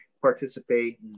participate